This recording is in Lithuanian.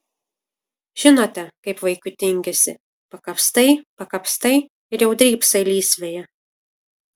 žinote kaip vaikui tingisi pakapstai pakapstai ir jau drybsai lysvėje